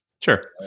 Sure